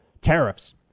tariffs